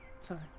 Sorry